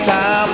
Time